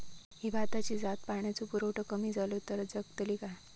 ही भाताची जात पाण्याचो पुरवठो कमी जलो तर जगतली काय?